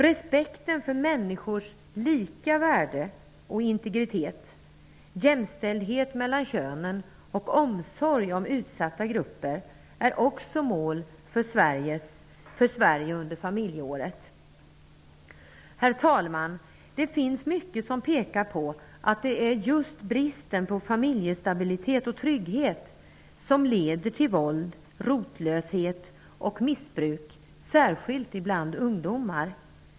Respekten för människors lika värde och integritet, jämställdhet mellan könen och omsorg om utsatta grupper är också mål för Sverige under familjeåret. Herr talman! Mycket pekar på att det är just bristen på familjestabilitet och trygghet som leder till våld, rotlöshet och missbruk, särskilt bland ungdomar.